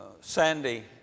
Sandy